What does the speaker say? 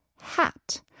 hat